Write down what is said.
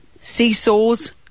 Seesaws